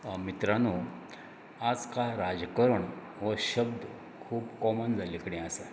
मित्रांनो आजकाल राजकरण हो शब्द खूब कॉमन जाल्लो कडेन आसा